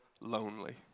lonely